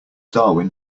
darwin